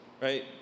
right